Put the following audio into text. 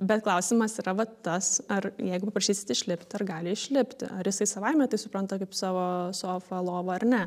bet klausimas yra vat tas ar jeigu paprašysit išlipt ar gali išlipti ar jisai savaime tai supranta kaip savo sofą lovą ar ne